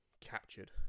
captured